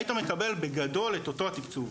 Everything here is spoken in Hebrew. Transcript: היית מקבל בגדול את אותו התקצוב.